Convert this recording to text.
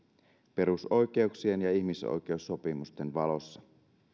perusoikeuksien ja ihmisoikeussopimusten valossa